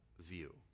view